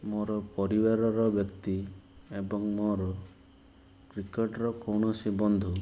ମୋର ପରିବାରର ବ୍ୟକ୍ତି ଏବଂ ମୋର କ୍ରିକେଟ୍ର କୌଣସି ବନ୍ଧୁ